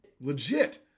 Legit